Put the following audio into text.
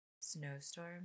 snowstorm